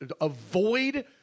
avoid